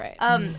Right